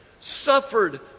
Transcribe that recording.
suffered